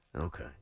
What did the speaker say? Okay